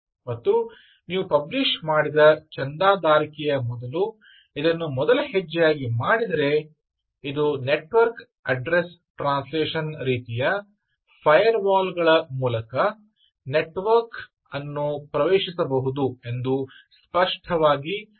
ಮತ್ತು ನೀವು ಪಬ್ಲಿಶ್ ಮಾಡಿದ ಚಂದಾದಾರಿಕೆಯ ಮೊದಲು ಇದನ್ನು ಮೊದಲ ಹೆಜ್ಜೆಯಾಗಿ ಮಾಡಿದರೆ ಇದು ನೆಟ್ವರ್ಕ್ ಅಡ್ರಸ್ ಟ್ರಾನ್ಸ್ಲೇಷನ್ ರೀತಿಯ ಫೈರ್ವಾಲ್ ಗಳ ಮೂಲಕ ನೆಟ್ವರ್ಕ್ಸ್ ಅನ್ನು ಪ್ರವೇಶಿಸಬಹುದು ಎಂದು ಸ್ಪಷ್ಟವಾಗಿ ಸೂಚಿಸುತ್ತದೆ